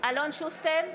אלון שוסטר,